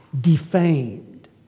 defamed